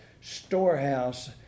storehouse